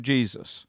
Jesus